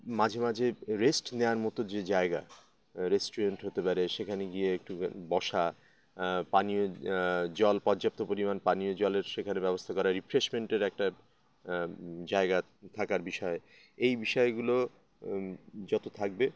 মাঝে মাঝে রেস্ট নেওয়ার মতো যে জায়গা রেস্টুরেন্ট হতে পারে সেখানে গিয়ে একটু বসা পানীয় জল পর্যাপ্ত পরিমাণ পানীয় জলের সেখানে ব্যবস্থা করা রিফ্রেশমেন্টের একটা জায়গা থাকার বিষয়ে এই বিষয়গুলো যত থাকবে